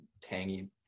tangy